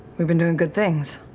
we've been doing good things.